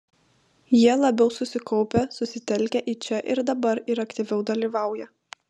jie labiau susikaupę susitelkę į čia ir dabar ir aktyviau dalyvauja